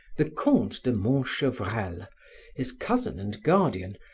the comte de montchevrel, his cousin and guardian,